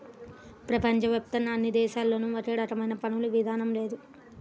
ప్రపంచ వ్యాప్తంగా అన్ని దేశాల్లోనూ ఒకే రకమైన పన్నుల విధానం లేదు